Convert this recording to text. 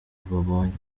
babonye